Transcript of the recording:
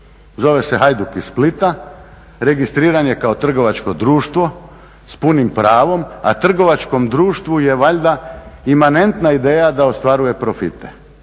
Zove se Hajduk iz Splita, registriran je kao trgovačko društvo s punim pravom, a trgovačkom društvu je valjda imanentna ideja da ostvaruje profite